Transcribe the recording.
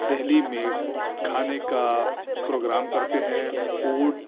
دلی میں کھانے کا پروگرام کرتے ہیں فوڈ